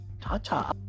Ta-ta